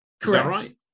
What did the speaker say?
correct